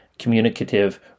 communicative